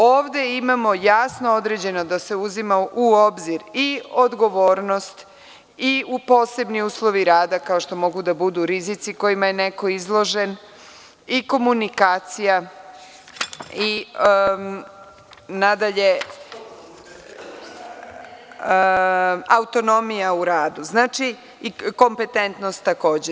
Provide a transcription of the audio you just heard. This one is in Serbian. Ovde imamo jasno određeno da se uzima u obzir i odgovornost i posebni uslovi rada, kao što mogu da budu rizici kojima je neko izložen i komunikacija i na dalje autonomija u radu, kompetentnost takođe.